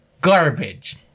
Garbage